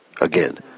Again